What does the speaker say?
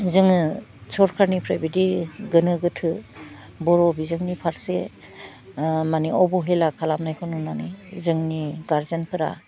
जोङो सरकारनिफ्राय बिदि गोनो गोथो बर' बिजोंनि फारसे ओह माने अब'हेला खालामनायखौ नुनानै जोंनि गारजेनफोरा